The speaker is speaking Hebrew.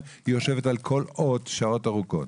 שעות ארוכות.